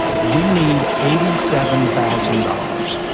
we need eighty seven thousand dollars.